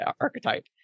archetype